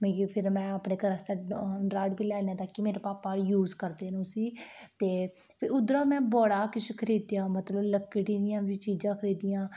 मिगी फिर में अपने घरै आस्तै दराट बी लेई आंदा कि मेरे पापा यूज करदे न उसी ते फिर उद्धरा में बड़ा किश खरीदेआ मतलब लक्कड़ी दियां बी चीजां खरीदियां